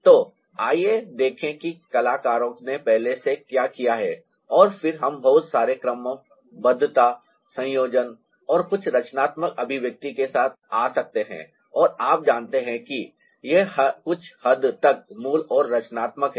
तो आइए देखें कि कलाकारों ने पहले से क्या किया है और फिर हम बहुत सारे क्रमबद्धता संयोजन और कुछ रचनात्मक अभिव्यक्ति के साथ आ सकते हैं और आप जानते हैं कि यह कुछ हद तक मूल और रचनात्मक है